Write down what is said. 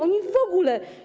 Oni w ogóle.